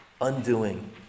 Undoing